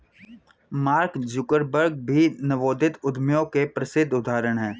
mark Zuckerberg भी नवोदित उद्यमियों के प्रसिद्ध उदाहरण हैं